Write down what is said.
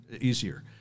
easier